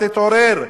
תתעורר,